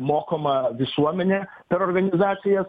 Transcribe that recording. mokoma visuomenė per organizacijas